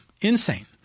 Insane